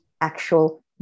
actual